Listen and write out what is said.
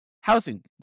housing